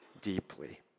deeply